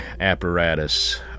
apparatus